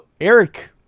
Eric